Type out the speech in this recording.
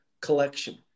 collection